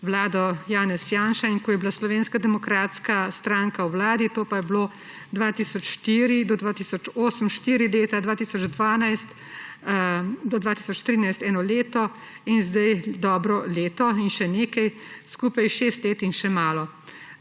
vlado Janez Janša in ko je bila Slovenska demokratska stranka v vladi – to pa je bilo od 2004 do 2008, štiri leta, od 2012 do 2013, eno leto, in zdaj dobro leto in še nekaj, skupaj šest let in še malo